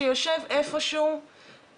אם בסופו של דבר בעוד שנה נגיע לעוד עיצום,